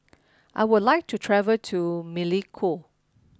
I would like to travel to Melekeok